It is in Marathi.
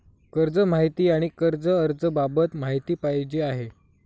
कर्ज माहिती आणि कर्ज अर्ज बाबत माहिती पाहिजे आहे